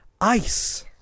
ice